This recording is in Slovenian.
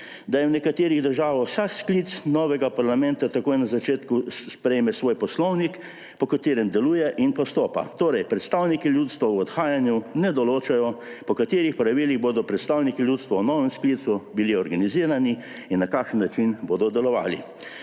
da v nekaterih državah vsak sklic novega parlamenta takoj na začetku sprejme svoj poslovnik, po katerem deluje in postopa. Torej predstavniki ljudstva v odhajanju ne določajo, po katerih pravilih bodo predstavniki ljudstva v novem sklicu organizirani in na kakšen način bodo delovali.